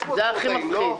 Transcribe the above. יש פה ספורטאים, לא?